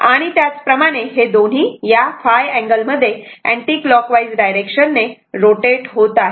आता त्याच प्रमाणे हे दोन्ही या ϕ अँगल मध्ये अँटीक्लॉकवाईज डायरेक्शन ने रोटेट होत आहेत